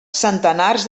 centenars